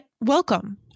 welcome